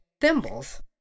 thimbles